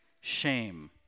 shame